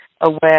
aware